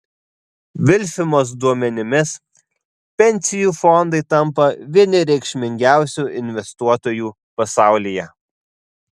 vilfimos duomenimis pensijų fondai tampa vieni reikšmingiausių investuotojų pasaulyje